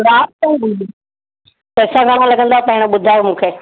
पेसा घणा लॻंदा पहिरियों ॿुधाए मूंखे